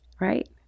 Right